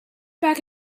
back